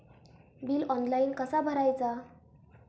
Bill online कसा भरायचा?